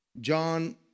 John